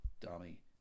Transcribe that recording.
dummy